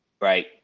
Right